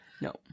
No